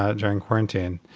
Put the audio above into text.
ah during quarantine.